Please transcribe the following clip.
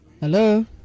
Hello